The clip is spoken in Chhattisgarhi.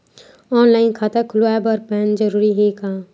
ऑनलाइन खाता खुलवाय बर पैन जरूरी हे का?